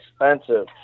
expensive